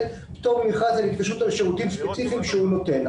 פטור ממכרז על התקשרות על שירותים ספציפיים שהוא נותן.